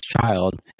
child